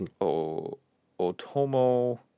Otomo